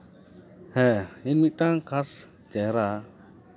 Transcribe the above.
ᱦᱮᱸ ᱤᱧ ᱢᱤᱫᱴᱟᱱ ᱠᱷᱟᱥ ᱪᱮᱦᱨᱟ